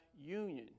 union